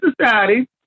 society